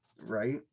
Right